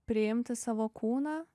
priimti savo kūną